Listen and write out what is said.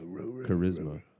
charisma